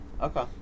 okay